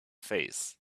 face